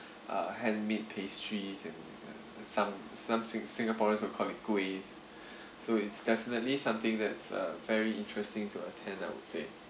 uh handmade pastries and and some some sing~ singaporeans will call it kuih so it's definitely something that's uh very interesting to attend I would say